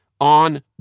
on